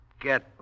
get